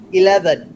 eleven